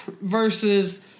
versus